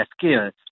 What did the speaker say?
skills